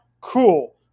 cool